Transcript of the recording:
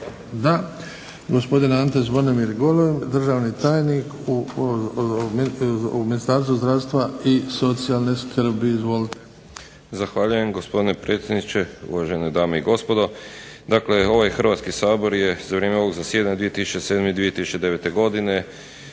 Da. Gospodin Ante Zvonimir Golem, državni tajnik u Ministarstvu zdravstva i socijalne skrbi. Izvolite. **Golem, Ante Zvonimir** Zahvaljujem gospodine predsjedniče, uvažene dame i gospodo. Dakle, ovaj Hrvatski sabor je za vrijeme ovog zasjedanja 2007. i 2009. godine